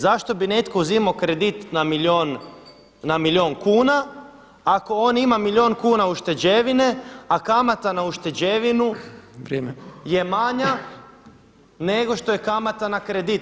Zašto bi netko uzimao kredit na milijun kuna ako on ima milijun kuna ušteđevine a kamata na ušteđevinu je manja nego što je kamata na kredit.